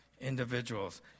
Individuals